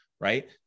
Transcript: Right